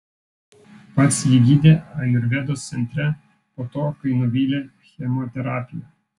pats jį gydė ajurvedos centre po to kai nuvylė chemoterapija